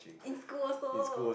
in school also